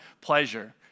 pleasure